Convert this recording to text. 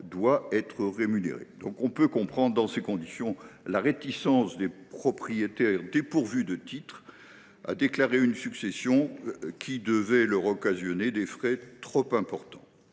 être rémunéré. Dans ces conditions, la réticence des propriétaires dépourvus de titres à déclarer une succession susceptible de leur occasionner des frais trop importants